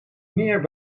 meer